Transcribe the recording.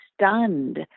stunned